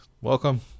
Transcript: welcome